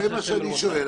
זה מה שאני שואל,